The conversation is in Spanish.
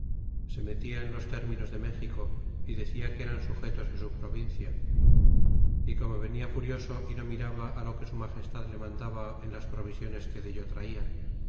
se mella en los términos de méxico y docta que eran sujetos de su provincia é como venia furioso e no miraba á lo que su magestad le mandaba en las provisiones que dello traia